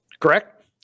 correct